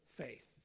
faith